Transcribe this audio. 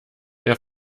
der